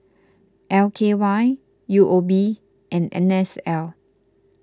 L K Y U O B and N S L